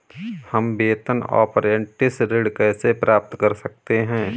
हम वेतन अपरेंटिस ऋण कैसे प्राप्त कर सकते हैं?